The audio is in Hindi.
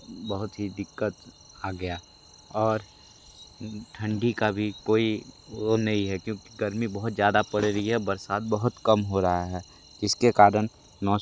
बहुत ही दिक्कत आ गई और ठंडी का भी कोई वो नहीं है क्योंकि गर्मी बहुत ज़्यादा पड़ रही है बरसात बहुत कम हो रही है इस के कारण मौसम बहुत ही ज़्यादा बदलाव देखा जा रहा है